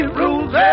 rules